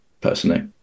personally